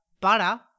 butter